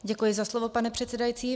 Děkuji za slovo, pane předsedající.